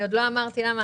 עוד לא אמרתי למה.